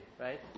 right